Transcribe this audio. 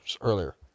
earlier